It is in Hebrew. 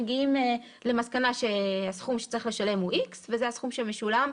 מגיעים למסקנה שהסכום שצריך לשלם הוא X וזה הסכום שמשולם,